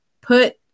put